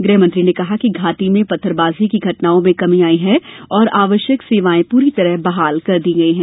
गृहमंत्री ने कहा कि घाटी में पत्थरबाजी की घटनाओं में कमी आई है और आवश्यक सेवाएं पूरी तरह बहाल करे दी गई हैं